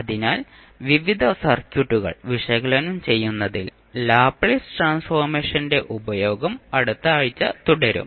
അതിനാൽ വിവിധ സർക്യൂട്ടുകൾ വിശകലനം ചെയ്യുന്നതിൽ ലാപ്ലേസ് ട്രാൻസ്ഫോർമേഷന്റെ ഉപയോഗം അടുത്ത ആഴ്ച തുടരും